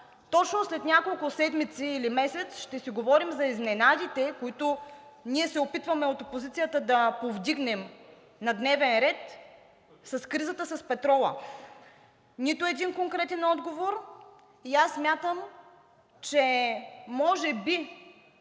точно след няколко седмици или месец ще си говорим за изненадите, които ние се опитваме от опозицията да повдигнем на дневен ред – кризата с петрола. Нито един конкретен отговор. Аз смятам, че може би